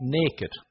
naked